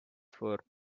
for